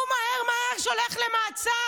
הוא מהר מהר שולח למעצר,